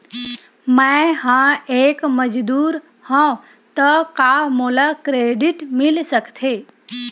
मैं ह एक मजदूर हंव त का मोला क्रेडिट मिल सकथे?